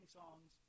songs